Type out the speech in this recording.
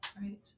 right